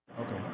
Okay